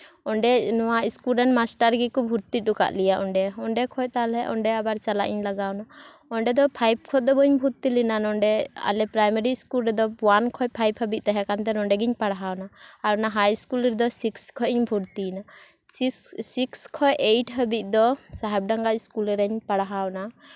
ᱚᱸᱰᱮ ᱱᱚᱣᱟ ᱤᱥᱠᱩᱞ ᱨᱮᱱ ᱢᱟᱥᱴᱟᱨ ᱜᱮᱠᱚ ᱵᱷᱩᱨᱛᱤ ᱦᱚᱴᱚ ᱠᱟᱜ ᱞᱮᱭᱟ ᱠᱚ ᱚᱸᱰᱮ ᱚᱸᱰᱮ ᱠᱷᱚᱡ ᱛᱟᱦᱚᱞᱚᱮ ᱚᱸᱰᱮ ᱟᱵᱟᱨ ᱪᱟᱞᱟᱜ ᱤᱧ ᱞᱟᱜᱟᱣᱱᱟ ᱚᱸᱰᱮ ᱠᱷᱚᱱᱫᱚ ᱯᱷᱟᱭᱤᱵ ᱠᱷᱚᱱᱫᱚ ᱵᱟᱹᱧ ᱵᱷᱩᱨᱛᱤ ᱞᱮᱱᱟ ᱟᱞᱮ ᱱᱚᱣᱟ ᱯᱨᱟᱭᱢᱟᱨᱤ ᱤᱥᱠᱩᱞ ᱨᱮᱫᱚ ᱚᱣᱟᱱ ᱠᱷᱚᱡ ᱯᱷᱟᱭᱤᱵ ᱦᱟᱹᱵᱤᱡ ᱛᱟᱦᱮᱸᱠᱟᱱᱛᱮ ᱟᱫᱚ ᱚᱸᱰᱮ ᱜᱤᱧ ᱯᱟᱲᱦᱟᱣᱱᱟ ᱟᱨ ᱚᱱᱟ ᱦᱟᱭ ᱤᱥᱠᱩᱞ ᱨᱮᱫᱚ ᱥᱤᱠᱥ ᱠᱷᱚᱡ ᱤᱧ ᱵᱷᱩᱨᱛᱤᱭᱮᱱᱟ ᱥᱤᱠᱥ ᱠᱷᱚᱡ ᱮᱭᱤᱴ ᱦᱟᱹᱵᱤᱡ ᱫᱚ ᱥᱟᱦᱮᱵ ᱰᱟᱸᱜᱟ ᱦᱟᱭ ᱤᱥᱠᱩᱞ ᱨᱤᱲ ᱯᱟᱲᱦᱟᱣᱱᱟ